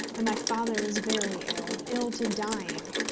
and my father was very ill ill to dying,